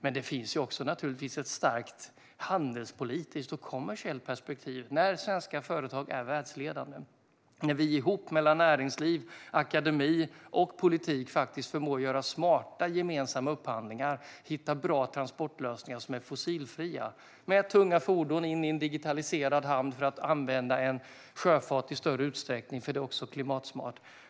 Men det finns naturligtvis också ett starkt handelspolitiskt och kommersiellt perspektiv när svenska företag är världsledande, när näringsliv, akademi och politik tillsammans faktiskt förmår göra smarta gemensamma upphandlingar och hitta bra transportlösningar som är fossilfria genom att tunga fordon kommer in i en digitaliserad hamn för att i större utsträckning använda sjöfart eftersom det är klimatsmart.